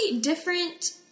different